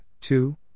two